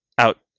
Out